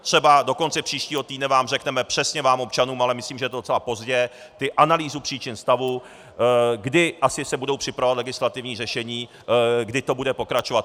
Třeba: do konce příštího týdne vám řekneme, přesně vám, občanům, ale myslím, že je to docela pozdě, tu analýzu příčin stavu, kdy se asi budou připravovat legislativní řešení, kdy to bude pokračovat.